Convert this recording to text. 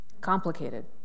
Complicated